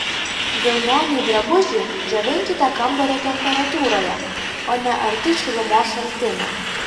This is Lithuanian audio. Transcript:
vilnonį drabužį džiovinkite kambario temperatūroje o ne arti šilumos šaltinio